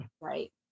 right